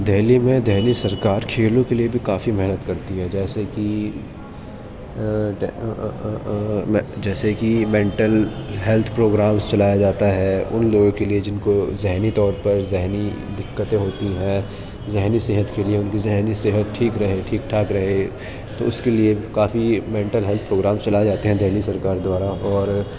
دلی میں دلی سرکار کھیلوں کے لیے بھی کافی محنت کرتی ہے جیسے کہ جیسے کہ مینٹل ہیلتھ پروگرامس چلایا جاتا ہے ان لوگوں کے لیے جن کو ذہنی طور پر ذہنی دقتیں ہوتی ہیں ذہنی صحت کے لیے ان کی ذہنی صحت ٹھیک رہے ٹھیک ٹھاک رہے تو اس کے لیے کافی مینٹل ہیلتھ پروگرام چلائے جاتے ہیں دلی سرکار دوارا اور